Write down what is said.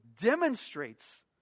demonstrates